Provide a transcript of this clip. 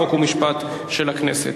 חוק ומשפט של הכנסת.